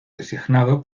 designado